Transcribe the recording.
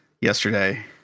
yesterday